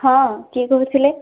ହଁ କିଏ କହୁଥିଲେ